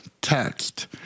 text